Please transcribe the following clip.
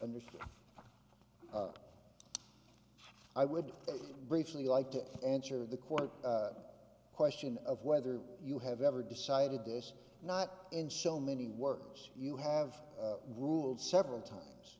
understood i would briefly like to answer the court question of whether you have ever decided this not in so many words you have ruled several times